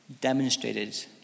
demonstrated